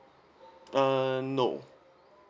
uh no